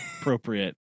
Appropriate